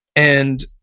and